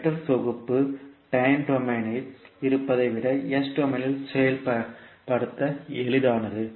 network தொகுப்பு time டொமைனில் இருப்பதை விட S டொமைனில் செயல்படுத்த எளிதானது